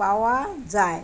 পাওয়া যায়